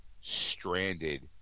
stranded